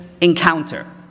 encounter